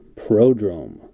prodrome